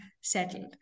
settled